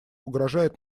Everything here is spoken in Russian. угрожает